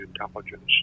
intelligence